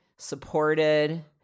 Supported